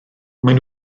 maen